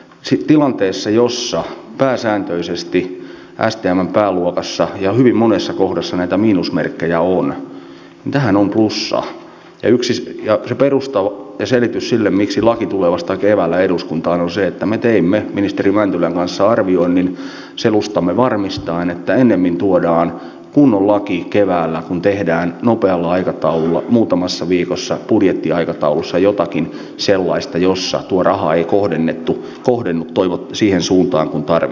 sin tilanteessa jossa pääsääntöisesti päästään pääluokassa ja hyvin monessa kohdassa näitä miinusmerkkejä on vähän uussa eduksi se perusta ja selitys sille miksi laki tulee vasta keväällä eduskuntaan on se että jäämme nyt kilpailutilanteessa taka alalle tarkoittaa valitettavasti sitä että ennemmin tuodaan kunnon laki keväällä kun tehdään nopealla aikataululla muutamassa viikossa budjettiaikataulussa jotakin sellaista jossa aikaisempien vuosien panokset esimerkiksi elokuvakomissiossa tehdyt satsaukset valuvat hiljalleen hukkaan